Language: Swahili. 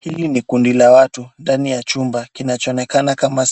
Hili ni undi la watu ndani ya chumba kinachoonekana kama